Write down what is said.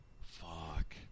Fuck